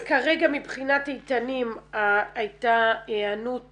אז כרגע מבחינת איתנים הייתה הענות